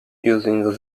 using